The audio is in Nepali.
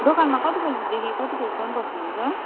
दोकानमा कति बजीदेखि कतिबजीसम्म बस्नु हुन्छ